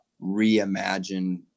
reimagine